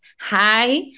Hi